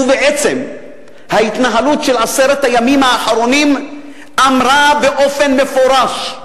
ובעצם ההתנהלות של עשרת הימים האחרונים אמרה באופן מפורש: